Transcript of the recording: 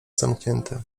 zamknięte